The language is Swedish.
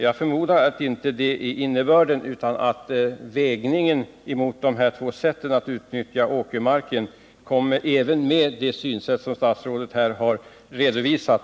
Jag förmodar att detta inte är innebörden utan att avvägningen mellan de här två sätten att utnyttja åkermarken kommer att vara densamma även enligt det synsätt som statsrådet nu har redovisat.